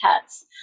pets